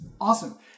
Awesome